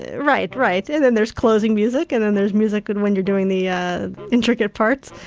right, right and then there's closing music, and then there's music and when you're doing the ah intricate parts.